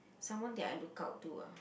someone that I look up to ah